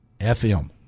FM